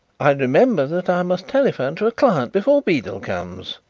i remember that i must telephone to a client before beedel comes,